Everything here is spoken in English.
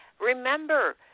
remember